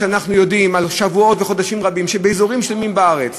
כשאנחנו יודעים על שבועות וחודשים רבים שאזורים שלמים בארץ